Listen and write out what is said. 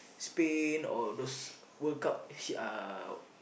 Spain or those World Cup uh